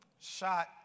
Shot